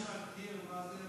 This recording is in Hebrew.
אתה צריך להגדיר מה זה,